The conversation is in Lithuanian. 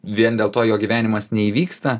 vien dėl to jo gyvenimas neįvyksta